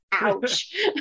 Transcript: Ouch